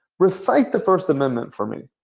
recite the first amendment for me.